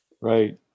Right